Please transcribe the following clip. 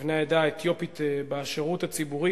לבני העדה האתיופית בשירות הציבורי,